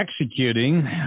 executing